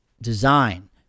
design